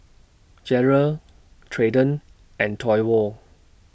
Jarred Treyton and Toivo